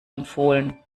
empfohlen